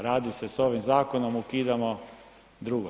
Radi se sa ovim zakonom, ukidamo drugo.